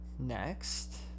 Next